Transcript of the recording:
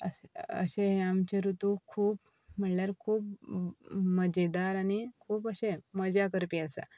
अशें हे आमचे ऋतू खूब म्हणल्यार खूब मजेदार आनी खूब अशें मजा करपी आसा